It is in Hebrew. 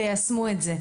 ויישמו אותה.